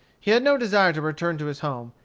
he had no desire to return to his home,